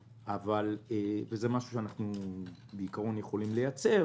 זה משהו שאנחנו יכולים לייצר,